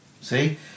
See